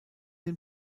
dem